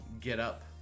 get-up